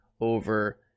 over